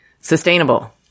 sustainable